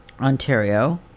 Ontario